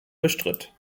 bestritt